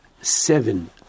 seven